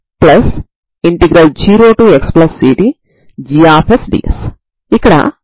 ఇక్కడ cos μb cos μa స్థిరాంకం అవుతుంది